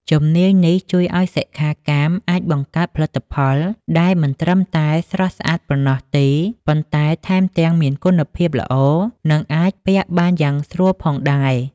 ជំនាញនេះជួយឱ្យសិក្ខាកាមអាចបង្កើតផលិតផលដែលមិនត្រឹមតែស្រស់ស្អាតប៉ុណ្ណោះទេ ប៉ុន្តែថែមទាំងមានគុណភាពល្អ និងអាចពាក់បានយ៉ាងស្រួលផងដែរ។